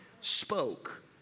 spoke